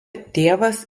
tėvas